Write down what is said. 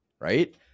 right